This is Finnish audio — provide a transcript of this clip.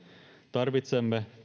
tarvitsemme